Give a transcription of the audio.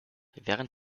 während